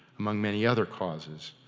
among many other causes.